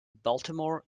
baltimore